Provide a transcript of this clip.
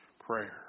prayer